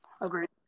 Agreed